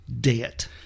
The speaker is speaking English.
debt